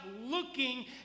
looking